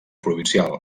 provincial